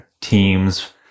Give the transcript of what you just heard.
teams